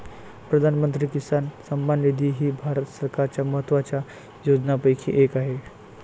प्रधानमंत्री किसान सन्मान निधी ही भारत सरकारच्या महत्वाच्या योजनांपैकी एक आहे